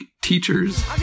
teachers